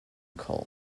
coal